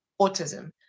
autism